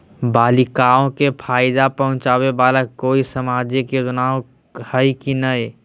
बालिकाओं के फ़ायदा पहुँचाबे वाला कोई सामाजिक योजना हइ की नय?